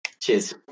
Cheers